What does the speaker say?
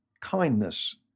kindness